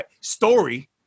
story